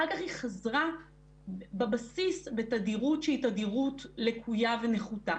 אחר כך היא חזרה בבסיס לתדירות שהיא תדירות לקויה ונחותה,